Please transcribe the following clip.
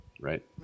right